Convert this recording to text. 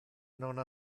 non